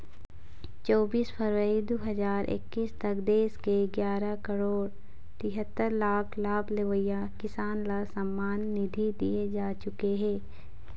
चोबीस फरवरी दू हजार एक्कीस तक देश के गियारा करोड़ तिहत्तर लाख लाभ लेवइया किसान ल सम्मान निधि दिए जा चुके हे